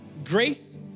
grace